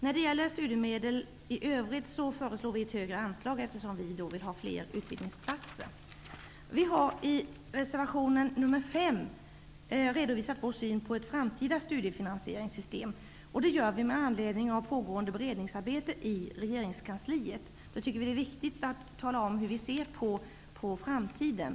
När det gäller studiemedel i övrigt föreslår vi ett högre anslag eftersom vi vill ha fler utbildningsplatser. I reservation 5 har vi redovisat vår syn på ett framtida studiefinansieringssystem. Det gör vi med anledning av pågående beredningsarbete i regeringskansliet. Vi tycker att det är viktigt att tala om hur vi ser på framtiden.